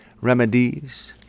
remedies